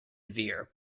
vir